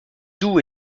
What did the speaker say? doux